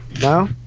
No